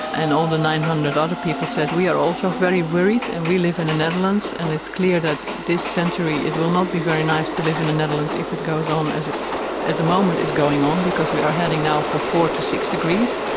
and all the nine hundred other people said we are also very worried and we live in the netherlands and it's clear that this century it will not be very nice to live in the netherlands if it goes on as it at the moment is going on because we are heading now for four to six degrees,